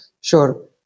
Sure